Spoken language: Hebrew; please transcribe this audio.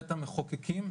בית המחוקקים,